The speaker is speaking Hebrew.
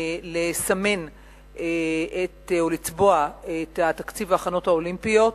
לסמן או לצבוע את תקציב ההכנות האולימפיות,